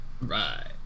Right